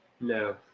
No